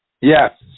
Yes